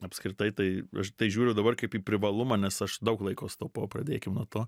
apskritai tai aš į tai žiūriu dabar kaip į privalumą nes aš daug laiko sutaupau pradėkim nuo to